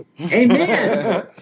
Amen